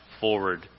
forward